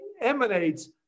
emanates